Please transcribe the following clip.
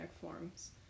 forms